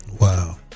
Wow